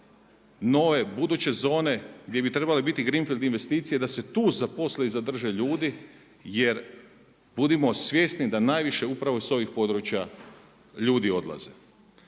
nove buduće zone gdje bi trebale biti greenfield investicije da se tu zaposle i zadrže ljudi jer budimo svjesni da najviše upravo s ovih područja ljudi odlaze.